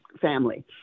family